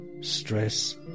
stress